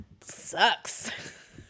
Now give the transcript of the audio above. sucks